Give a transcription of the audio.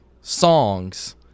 songs